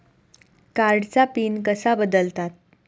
कार्डचा पिन कसा बदलतात?